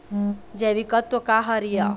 जैविकतत्व का हर ए?